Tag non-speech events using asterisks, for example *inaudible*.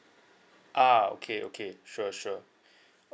ah okay okay sure sure *breath*